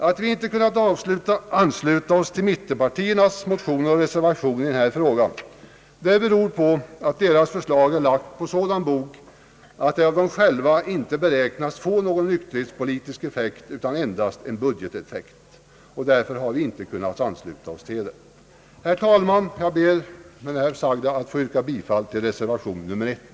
Att vi inte kunnat ansluta oss till mittenpartiernas motioner och reservation i denna fråga beror på att deras förslag är sådant att det av dem själva inte beräknas få någon nykterhetspolitisk effekt utan endast budgeteffekt. Herr talman! Jag ber med det sagda att få yrka bifall till reservation nr 1.